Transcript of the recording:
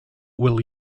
will